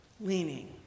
leaning